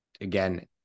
again